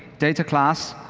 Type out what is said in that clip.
data class.